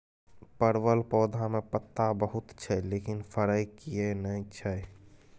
परवल पौधा में पत्ता बहुत छै लेकिन फरय किये नय छै?